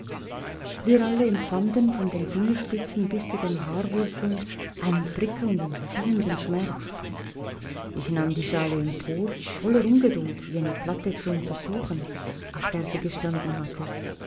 wir alle empfanden von den fingerspitzen bis zu den haarwurzeln einen prickelnden ziehenden schmerz ich nahm die schale empor voller ungeduld jene platte zu untersuchen auf der sie gestanden hatte